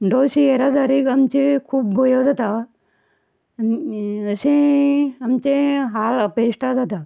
अशे येरादारीक आमचे भयो जाता आनी अशें आमचे हाल अपेश्टा जाता